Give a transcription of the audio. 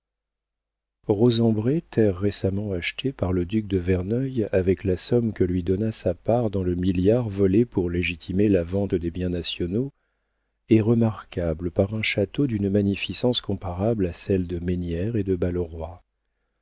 terre récemment achetée par le duc de verneuil avec la somme que lui donna sa part dans le milliard voté pour légitimer la vente des biens nationaux est remarquable par un château d'une magnificence comparable à celle de mesnière et de